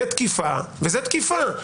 זאת תקיפה וזאת תקיפה.